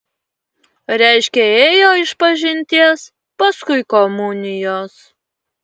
reiškia ėjo išpažinties paskui komunijos